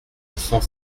cent